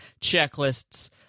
checklists